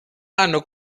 hanno